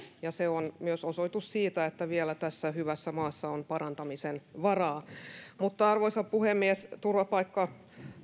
ja se on myös osoitus siitä että vielä tässä hyvässä maassa on parantamisen varaa arvoisa puhemies turvapaikka